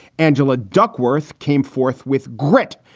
angela duckworth came forth with grit,